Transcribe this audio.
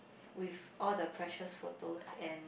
with all the precious photos and